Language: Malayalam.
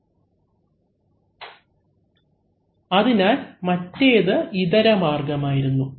അവലംബിക്കുന്ന സ്ലൈഡ് സമയം 1023 അതിനാൽ മറ്റേത് ഇതര മാർഗ്ഗമായിരുന്നു